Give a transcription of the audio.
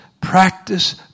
practice